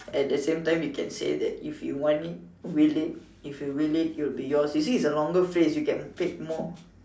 at the same time you can say that if you want it will it if you will it it will be yours you see it's a longer phrase you get paid more